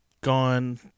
gone